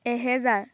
এহেজাৰ